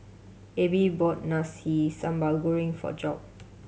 Abbey bought Nasi Sambal Goreng for Job